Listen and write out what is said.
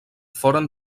foren